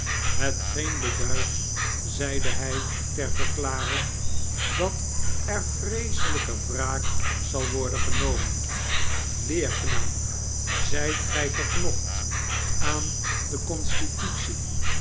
beduidt zeide hij ter verklaring sdat er vreeselijke wraak zal worden genomen leerknaap zijt gij verknocht aan de